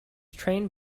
trained